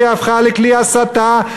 שהיא הפכה לכלי הסתה,